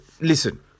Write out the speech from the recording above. listen